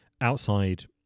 outside